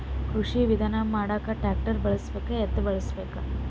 ಕೃಷಿ ವಿಧಾನ ಮಾಡಾಕ ಟ್ಟ್ರ್ಯಾಕ್ಟರ್ ಬಳಸಬೇಕ, ಎತ್ತು ಬಳಸಬೇಕ?